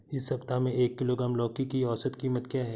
इस सप्ताह में एक किलोग्राम लौकी की औसत कीमत क्या है?